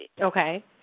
Okay